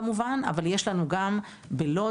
אבל יש לנו גם בלוד,